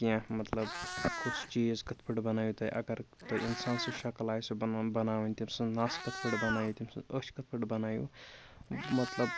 کیٚنٛہہ مطلب کُس چیٖز کِتھ پٲٹھۍ بَنٲیِو تُہۍ اَگر تۄہہِ اِنسان سٕنٛز شَکٕل آسیو بَناوٕنۍ تٔمۍ سٕنٛز نَس کِتھ پٲٹھۍ بَنٲیِو تٔمۍ سٕنٛز أچھ کِتھ پٲٹھۍ بَنٲیِو مطلب